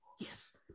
Yes